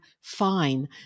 fine